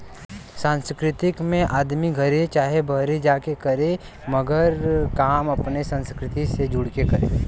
सांस्कृतिक में आदमी घरे चाहे बाहरे जा के करे मगर काम अपने संस्कृति से जुड़ के करे